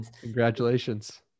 Congratulations